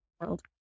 world